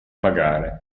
pagare